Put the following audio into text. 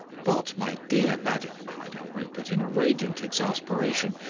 but, my dear madam, cried out rupert, in a radiant exasperation,